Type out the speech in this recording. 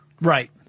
Right